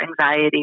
anxiety